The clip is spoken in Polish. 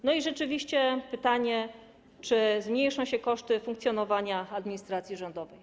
I rzeczywiście pytanie, czy zmniejszą się koszty funkcjonowania administracji rządowej.